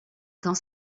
dans